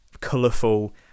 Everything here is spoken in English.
colourful